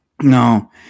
no